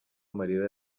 amarira